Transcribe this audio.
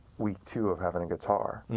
week two of having a guitar.